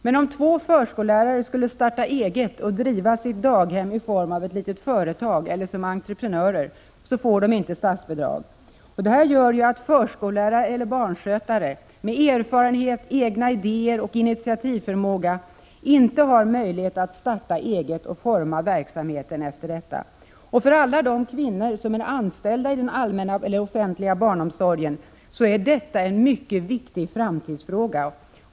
Men om två förskollärare skulle starta eget och driva sitt daghem i form av ett litet företag eller som entreprenörer, får de inte statsbidrag. Detta gör att förskollärare eller barnskötare, med erfarenhet, egna idéer och initiativförmåga, inte har möjlighet att starta eget och forma verksamheten därefter. För alla de kvinnor som är anställda i den offentliga barnomsorgen är detta en mycket viktig framtidsfråga.